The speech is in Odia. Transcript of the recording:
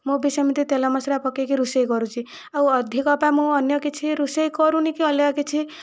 ମୁଁ ବି ସେମିତି ତେଲ ମସଲା ପକେଇକି ରୋଷେଇ କରୁଛି ଆଉ ଅଧିକ ବା ମୁଁ ଅନ୍ୟ କିଛି ରୋଷେଇ କରୁନି କି ଅଲଗା କିଛି